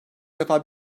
defa